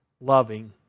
loving